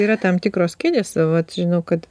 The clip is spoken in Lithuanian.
yra tam tikros kėdės vat žinau kad